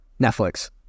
Netflix